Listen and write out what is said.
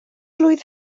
blwydd